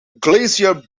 glacier